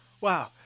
Wow